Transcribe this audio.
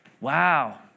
Wow